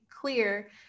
clear